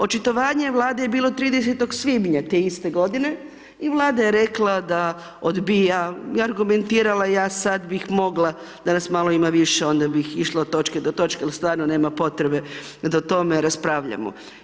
Očitovanje Vlade je bilo 30. svibnja te iste godine, i Vlada je rekla da odbija i argumentirala, ja sad bih mogla da nas ima malo više onda bi išla od točke do točke, ali stvarno nema potrebe da o tome raspravljamo.